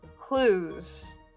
Clues